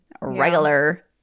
regular